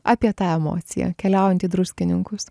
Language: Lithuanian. apie tą emociją keliaujant į druskininkus